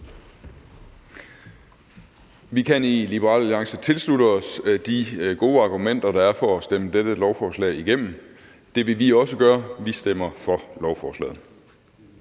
Vi kan i Liberal Alliance tilslutte os de gode argumenter, der er for at stemme dette lovforslag igennem. Det vil vi også gøre. Vi stemmer for lovforslaget.